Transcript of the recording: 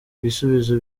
ibisubizo